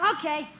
Okay